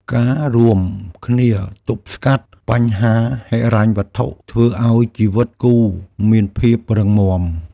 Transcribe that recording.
ការរួមគ្នាទប់ស្កាត់បញ្ហាហិរញ្ញវត្ថុធ្វើឱ្យជីវិតគូរមានភាពរឹងមាំ។